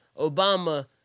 Obama